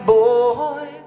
boy